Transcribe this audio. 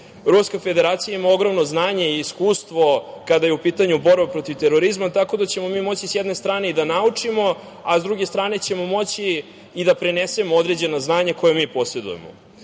nivou. Ruska Federacija ima ogromno znanje i iskustvo kada je u pitanju borba protiv terorizma, tako da ćemo mi moći, s jedne strane i da naučimo, a s druge strane ćemo moći i da prenesemo određena znanja koja mi posedujemo. Kolega